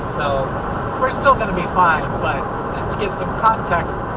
so we're still gonna be fine but just to give some context,